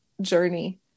journey